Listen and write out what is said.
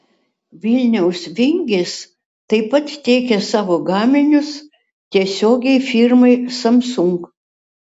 vilniaus vingis taip pat teikia savo gaminius tiesiogiai firmai samsung